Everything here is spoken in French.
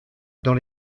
dans